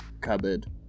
cupboard